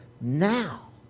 now